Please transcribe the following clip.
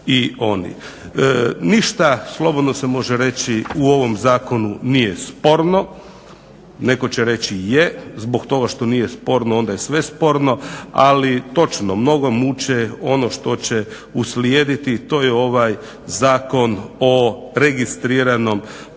i oni. Ništa, slobodno se može reći, u ovom zakonu nije sporno, netko će reći je zbog toga što nije sporno onda je sve sporno ali točno, … muče ono što će uslijediti, to je ovaj zakon o registriranom